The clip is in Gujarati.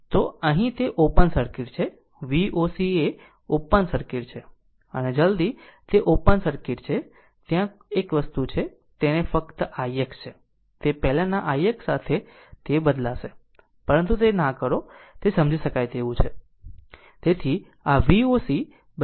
તો અહીં તે ઓપન સર્કિટ છે Voc એ ઓપન સર્કિટ છે અને જલદી તે ઓપન સર્કિટ છે ત્યાં એક વસ્તુ છે અને તેને ફક્ત ix છે તે પહેલાના ix સાથે તે બદલાશે પરંતુ તે ના કરો તે સમજી શકાય તેવું છે